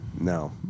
No